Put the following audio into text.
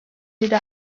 dira